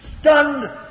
stunned